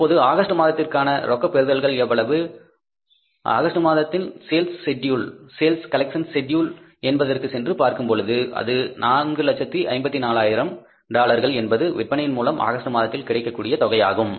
இப்பொழுது ஆகஸ்ட் மாதத்திற்கான ரொக்க பெறுதல்கள் எவ்வளவு ஆகஸ்ட் மாதத்தில் சேல்ஸ் கலெக்ஷன் செட்யூல் என்பதற்கு சென்று பார்க்கும் பொழுது அது 454000 டாலர்கள் என்பது விற்பனையின் மூலம் ஆகஸ்ட் மாதத்தில் கிடைத்த தொகையாகும்